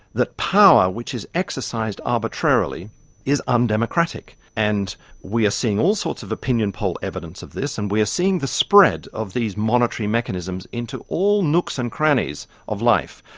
that power which is exercised arbitrarily is undemocratic. and we are seeing all sorts of opinion poll evidence of this and we are seeing the spread of these monitory mechanisms into all nooks and crannies of life.